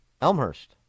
Elmhurst